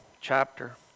chapter